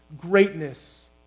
greatness